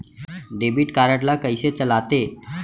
Debit card ला कइसे चलाते?